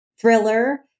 thriller